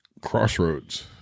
Crossroads